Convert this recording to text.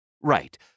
Right